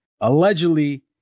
allegedly